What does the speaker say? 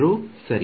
rho ಸರಿ